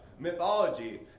Mythology